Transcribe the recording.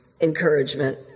encouragement